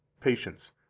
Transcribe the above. patience